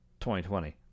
2020